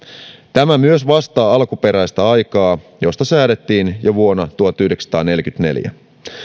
tämä myös vastaa alkuperäistä aikaa josta säädettiin jo vuonna tuhatyhdeksänsataaneljäkymmentäneljä